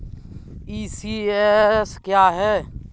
ECS क्या है?